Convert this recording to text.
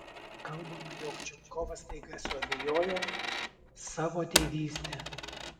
kalbama jog čupkovas staiga suabejojo savo tėvyste